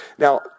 Now